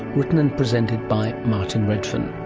written and presented by martin redfern.